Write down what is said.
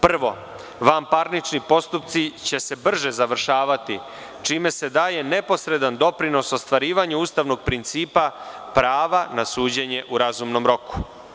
Prvo, vanparnični postupci će se brže završavati, čime se daje neposredan doprinos ostvarivanju ustavnog prinicipa prava na suđenje u razumnom roku.